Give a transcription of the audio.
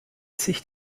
sich